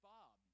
Bob